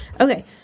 Okay